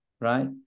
right